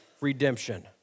redemption